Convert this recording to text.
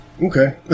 Okay